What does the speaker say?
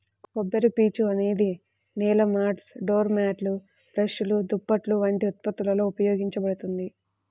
కొబ్బరిపీచు అనేది నేల మాట్స్, డోర్ మ్యాట్లు, బ్రష్లు, దుప్పట్లు వంటి ఉత్పత్తులలో ఉపయోగించబడుతుంది